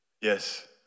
yes